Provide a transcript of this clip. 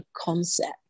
concept